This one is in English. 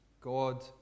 God